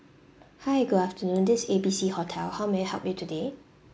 hi good afternoon this A B C hotel how may I help you today